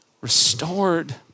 restored